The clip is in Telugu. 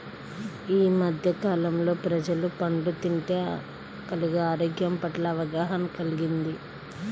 యీ మద్దె కాలంలో ప్రజలకు పండ్లు తింటే కలిగే ఆరోగ్యం పట్ల అవగాహన కల్గింది